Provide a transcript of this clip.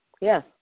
yes